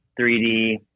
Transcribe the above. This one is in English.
3D